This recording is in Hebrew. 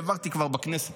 העברתי כבר בכנסת,